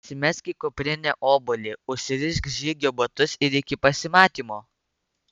įsimesk į kuprinę obuolį užsirišk žygio batus ir iki pasimatymo